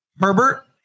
Herbert